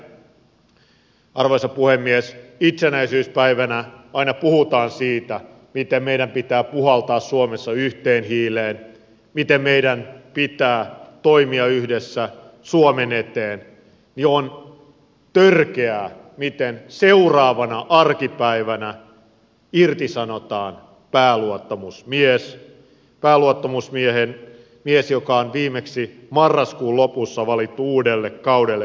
nimittäin arvoisa puhemies kun itsenäisyyspäivänä aina puhutaan siitä miten meidän pitää puhaltaa suomessa yhteen hiileen miten meidän pitää toimia yhdessä suomen eteen niin on törkeää miten seuraavana arkipäivänä irtisanotaan pääluottamusmies pääluottamusmies joka on viimeksi marraskuun lopussa valittu uudelle kaudelle pääluottamusmieheksi